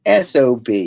sob